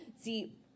See